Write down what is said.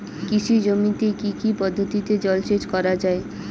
কৃষি জমিতে কি কি পদ্ধতিতে জলসেচ করা য়ায়?